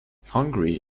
hungary